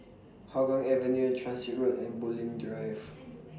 Hougang Avenue Transit Road and Bulim Drive